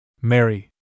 Mary